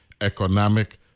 economic